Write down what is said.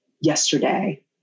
yesterday